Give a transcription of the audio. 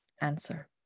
answer